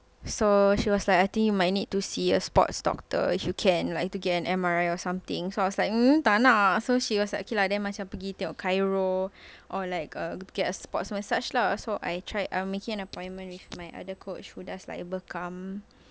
so she was like I think you might need to see a sports doctor you can like to get an M_R_I or something so I was like tak nak so she was like okay lah then macam tengok chiro or like uh get a sports massage lah so I tried making an appointment with my other coach who does like bekam